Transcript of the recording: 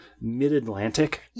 mid-Atlantic